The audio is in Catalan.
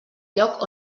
lloc